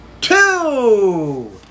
Two